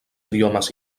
idiomes